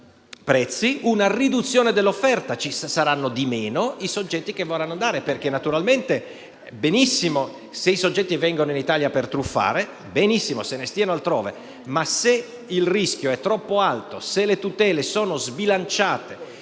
prezzi e una riduzione dell'offerta, in quanto saranno di meno i soggetti che vorranno andare sul mercato italiano. Infatti, se i soggetti vengono in Italia per truffare, allora se ne stiano altrove. Ma se il rischio è troppo alto, le tutele sono sbilanciate